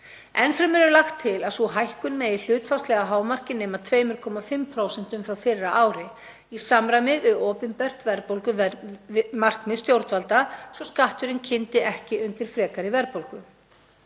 Enn fremur er lagt til að sú hækkun megi hlutfallslega að hámarki nema 2,5% frá fyrra ári, í samræmi við opinbert verðbólgumarkmið stjórnvalda svo að skatturinn kyndi ekki undir frekari verðbólgu.